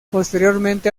posteriormente